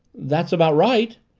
that's about right,